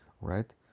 right